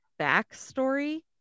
backstory